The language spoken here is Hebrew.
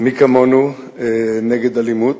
מי כמונו נגד אלימות.